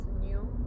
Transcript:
new